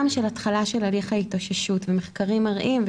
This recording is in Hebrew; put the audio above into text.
של התחלה של הליך ההתאוששות ומחקרים מראים,